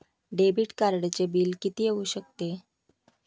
Debit कार्डचे bill किती येऊ शकते?